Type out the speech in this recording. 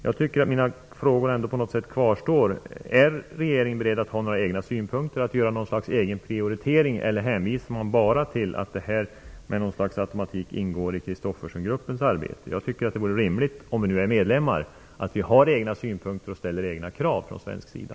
Jag tycker att min fråga kvarstår: Är regeringen beredd att ha några egna synpunkter och göra något slags egen prioritering, eller hänvisar man bara till att detta med någon slags automatik ingår i Christophersengruppens arbete? Jag tycker att det vore rimligt, om vi nu är medlemmar, att vi har egna synpunkter och ställer egna krav från svensk sida.